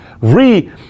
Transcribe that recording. re